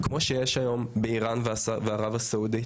כמו שיש היום באיראן וערב הסעודית.